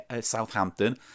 Southampton